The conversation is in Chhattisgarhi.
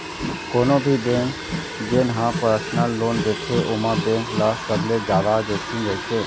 कोनो भी बेंक जेन ह परसनल लोन देथे ओमा बेंक ल सबले जादा जोखिम रहिथे